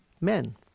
men